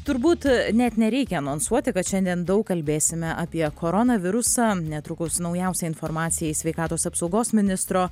turbūt net nereikia anonsuoti kad šiandien daug kalbėsime apie koronavirusą netrukus naujausia informacija iš sveikatos apsaugos ministro